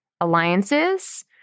alliances